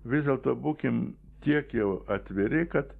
vis dėlto būkim tiek jau atviri kad